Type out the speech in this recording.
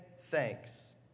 thanks